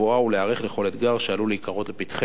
ולהיערך לכל אתגר שעלול להיקרות לפתחנו.